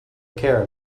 care